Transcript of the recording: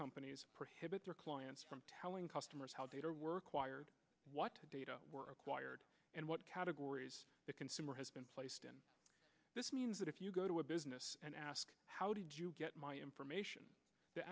companies prohibit their clients from telling customers how they work wired what data were acquired and what categories the consumer has this means that if you go to a business and ask how did you get my information the